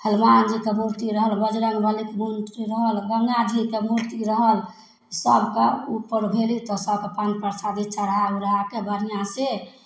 हनुमानजीके मुरती रहल बजरङ्गबलीके मुरती रहल गङ्गाजीके मुरती रहल सबके उपर भेली तऽ सबके पान परसादी चढ़ा उढ़ाके बढ़िआँसे